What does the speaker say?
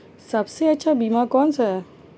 सबसे अच्छा बीमा कौनसा है?